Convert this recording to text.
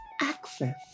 access